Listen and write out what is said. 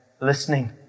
listening